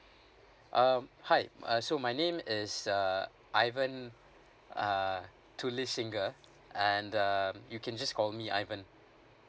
um hi uh so my name is uh ivan uh tuli singa and um you can just call me ivan